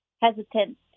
hesitant